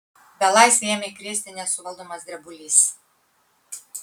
belaisvį ėmė krėsti nesuvaldomas drebulys